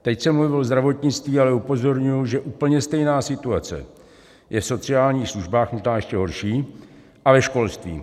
Teď jsem mluvil o zdravotnictví, ale upozorňuji, že úplně stejná situace je v sociálních službách, možná ještě horší, a ve školství.